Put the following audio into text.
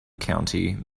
county